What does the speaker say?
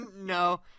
No